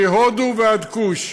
מהודו ועד כוש.